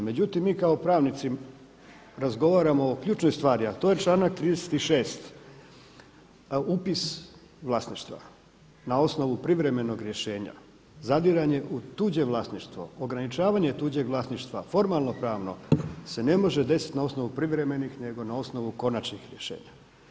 Međutim mi kao pravnici razgovaramo o ključnoj stvari, a to je članak 36. upis vlasništva na osnovu privremenog rješenja, zadiranje u tuđe vlasništvo, ograničavanje tuđeg vlasništva, formalno pravno se ne može desiti na osnovu privremeni nego na osnovu konačnih rješenja.